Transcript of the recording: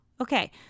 Okay